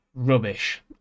Rubbish